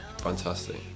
fantastic